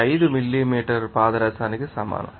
5 millimetre పాదరసానికి సమానం